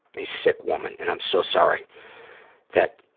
a sick woman, and i'm so sorry that